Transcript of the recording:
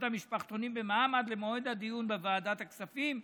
המשפחתונים במע"מ עד למועד הדיון בוועדת הכספים,